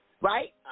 Right